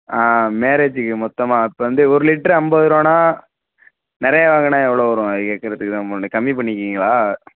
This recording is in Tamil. ஆ மேரேஜுக்கு மொத்தமாக இப்போ வந்து ஒரு லிட்ரு ஐம்பது ரூபான்னா நிறையா வாங்கினா எவ்வளோ வரும் அதை கேட்கறத்துக்கு தான் பண்ணிணேன் கம்மிப் பண்ணிக்குவீங்களா